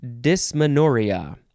dysmenorrhea